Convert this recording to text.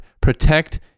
Protect